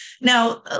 Now